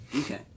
Okay